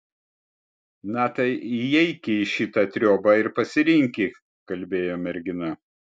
na tai įeiki į šitą triobą ir pasirinki kalbėjo mergina